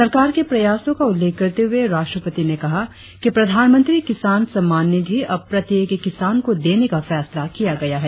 सरकार के प्रयासों का उल्लेख करते हुए राष्ट्रपति ने कहा कि प्रधानमंत्री किसान सम्मान निधि अब प्रत्येक किसान को देने का फैसला किया गया है